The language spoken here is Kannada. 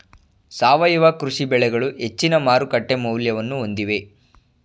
ಸಾವಯವ ಕೃಷಿ ಬೆಳೆಗಳು ಹೆಚ್ಚಿನ ಮಾರುಕಟ್ಟೆ ಮೌಲ್ಯವನ್ನು ಹೊಂದಿವೆ